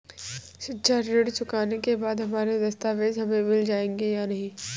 शिक्षा ऋण चुकाने के बाद हमारे दस्तावेज हमें मिल जाएंगे या नहीं?